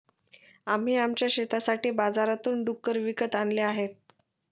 आम्ही आमच्या शेतासाठी बाजारातून डुक्कर विकत आणले आहेत